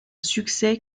succès